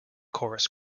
chorus